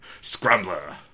Scrambler